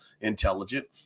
intelligent